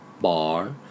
Bar